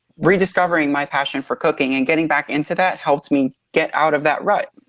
rediscovering my passion for cooking and getting back into that helped me get out of that rut.